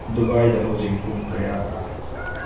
ꯗꯨꯕꯥꯏꯗ ꯍꯧꯖꯤꯛ ꯄꯨꯡ ꯀꯌꯥ ꯇꯥꯔꯦ